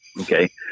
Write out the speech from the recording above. Okay